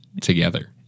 together